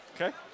Okay